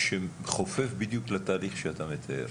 שחופף בדיוק לתהליך שאתה מתאר.